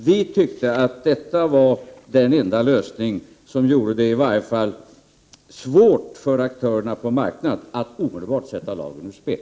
Vi tyckte alltså att detta var den enda lösning som gjorde det i varje fall svårt för aktörerna på marknaden att omedelbart sätta lagen ur spel.